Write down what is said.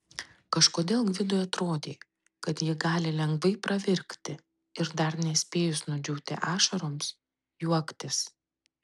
kažkodėl gvidui atrodė kad ji gali lengvai pravirkti ir dar nespėjus nudžiūti ašaroms juoktis